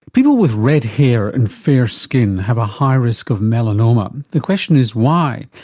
people with red hair and fair skin have a high risk of melanoma. the question is why?